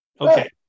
Okay